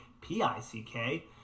P-I-C-K